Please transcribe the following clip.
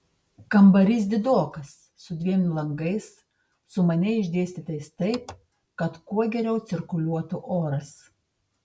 kambarys didokas su dviem langais sumaniai išdėstytais taip kad kuo geriau cirkuliuotų oras